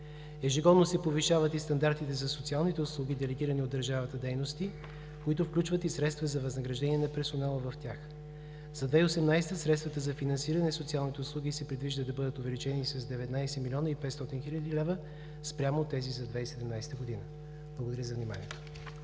Ежегодно се повишават и стандартите за социалните услуги в делегирани от държавата дейности, които включват и средства за възнаграждение на персонала в тях. За 2018 г. средствата за финансиране и социалните услуги се предвижда да бъдат увеличени с 19 млн. 500 хил. лв. спрямо тези за 2017 г. Благодаря за вниманието.